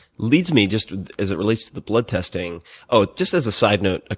leads me just as it relates to the blood testing oh, just as a side note, ah